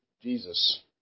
Jesus